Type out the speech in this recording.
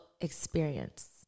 Experience